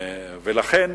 לכן,